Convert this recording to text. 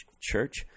church